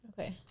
Okay